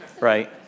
Right